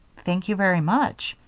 thank you very much,